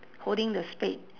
holding the spade